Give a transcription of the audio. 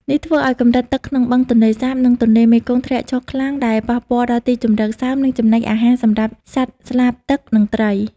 នេះធ្វើឱ្យកម្រិតទឹកក្នុងបឹងទន្លេសាប និងទន្លេមេគង្គធ្លាក់ចុះខ្លាំង ដែលប៉ះពាល់ដល់ទីជម្រកសើម និងចំណីអាហារសម្រាប់សត្វស្លាបទឹក និងត្រី។